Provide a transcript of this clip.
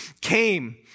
came